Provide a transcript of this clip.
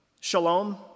Shalom